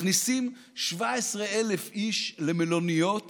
מכניסים 17,000 איש למלוניות